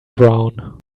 brown